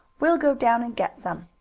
we'll go down and get some.